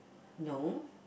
no